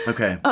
Okay